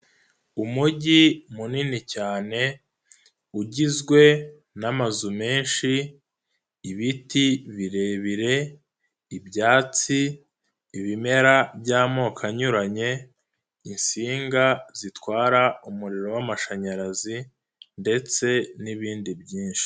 Imujyi munini cyane, ugizwe n'amazu menshi, ibiti birebire, ibyatsi, ibimera by'amoko anyuranye, insinga zitwara umuriro w'amashanyarazi ndetse n'ibindi byinshi.